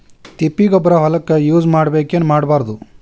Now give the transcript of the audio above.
ತಿಪ್ಪಿಗೊಬ್ಬರ ಹೊಲಕ ಯೂಸ್ ಮಾಡಬೇಕೆನ್ ಮಾಡಬಾರದು?